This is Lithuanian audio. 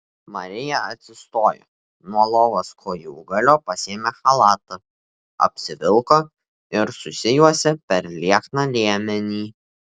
marija atsistojo nuo lovos kojūgalio pasiėmė chalatą apsivilko ir susijuosė per liekną liemenį